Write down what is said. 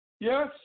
Yes